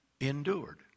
endured